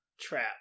Trap